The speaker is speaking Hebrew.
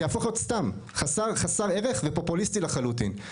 זה יהפוך להיות סתמי, חסר ערך ופופוליסטי לחלוטין.